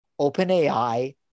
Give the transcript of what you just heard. OpenAI